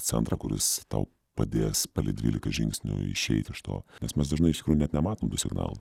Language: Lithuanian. centrą kuris tau padės palei dvylika žingsnių išeit iš to nes mes dažnai iš tikrųjų net nematom tų signalų